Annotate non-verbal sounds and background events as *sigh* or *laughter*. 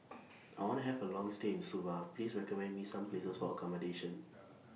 *noise* I want to Have A Long stay in Suva Please recommend Me Some Places For accommodation *noise*